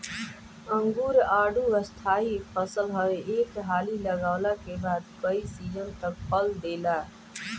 अंगूर, आडू स्थाई फसल हवे एक हाली लगवला के बाद कई सीजन तक फल देला